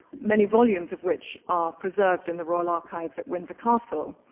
many volumes of which are preserved in the royal archives at windsor castle,